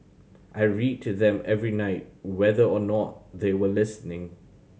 I read to them every night whether or not they were listening